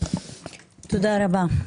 תודה רבה.